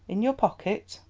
in your pocket?